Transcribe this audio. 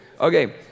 Okay